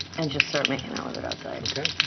and just start making out with her outside.